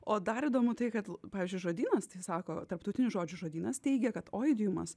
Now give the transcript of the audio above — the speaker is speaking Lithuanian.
o dar įdomu tai kad pavyzdžiui žodynas tai sako tarptautinių žodžių žodynas teigia kad oidiumas